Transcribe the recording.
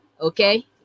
Okay